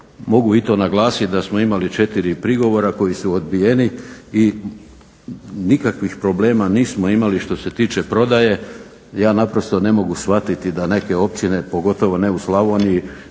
Mogu i to naglasiti da smo imali 4 prigovora koji su odbijeni i nikakvih problema nismo imali što se tiče prodaje. Ja naprosto ne mogu shvatiti da neke općine pogotovo ne u Slavoniji